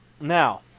Now